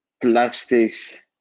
plastics